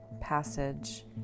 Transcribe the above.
passage